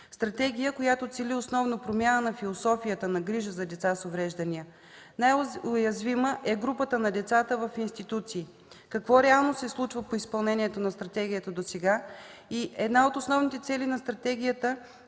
стратегия, която цели основно промяна на философията на грижа за деца с увреждания. Най-уязвима е групата на децата в институциите. Какво реално се случва по изпълнението на стратегията досега? Една от основните цели на стратегията е